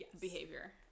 Behavior